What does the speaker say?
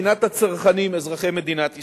מבחינת הצרכנים אזרחי מדינת ישראל.